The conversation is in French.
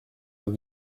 eaux